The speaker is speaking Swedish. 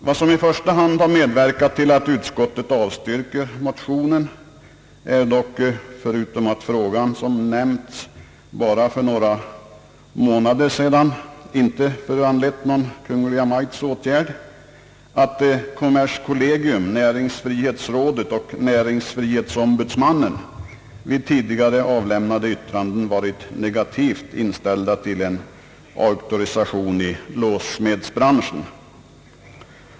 Vad som i första hand medverkat till att utskottet avstyrker motionerna är dock — förutom att frågan som nämnts bara för några månader sedan inte föranlett någon Kungl. Maj:ts åtgärd — att kommerskollegium, näringsfrihetsrådet och näringsfrihetsombudsmannen i tidigare avlämnade yttranden varit negativt inställda till en auktorisation i låssmedsbranschen.